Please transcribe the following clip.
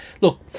look